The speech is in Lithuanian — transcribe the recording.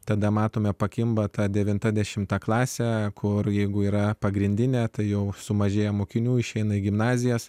tada matome pakimba tą devintą dešimtą klasę kur jeigu yra pagrindinė tai jau sumažėjo mokinių išeina į gimnazijas